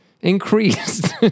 increased